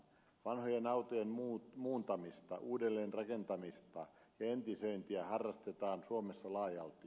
vanhojen autojen muuntamista uudelleen rakentamista ja entisöintiä harrastetaan suomessa laajalti